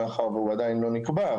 מאחר והוא עדיין לא נקבע,